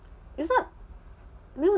it's not